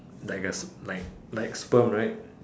like a like like sperm right